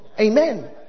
Amen